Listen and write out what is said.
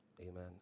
Amen